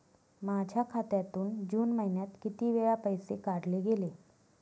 माझ्या खात्यातून जून महिन्यात किती वेळा पैसे काढले गेले?